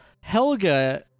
Helga